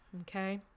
Okay